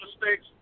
mistakes